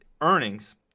earnings